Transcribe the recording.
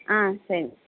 ஆ சரி